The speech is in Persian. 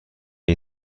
این